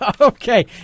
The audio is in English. Okay